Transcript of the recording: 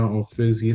office